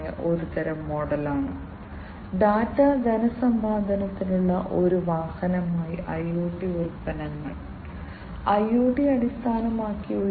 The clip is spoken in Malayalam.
എന്നാൽ ഉയർന്ന തലത്തിലുള്ള ചില ഇൻഡസ്ട്രി സ്പെസിഫിക് ആക്യുവേറ്ററുകളുമുണ്ട് അവ വ്യവസായ ആപ്ലിക്കേഷനുകൾക്കായി ഉപയോഗിക്കാനും കഴിയും